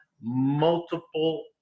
multiple